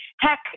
tech